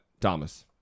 thomas